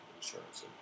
insurance